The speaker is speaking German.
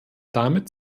damit